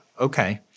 Okay